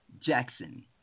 Jackson